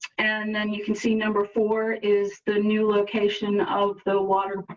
and then you can see number four is the new location of the water.